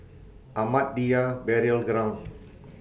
Ahmadiyya Burial Ground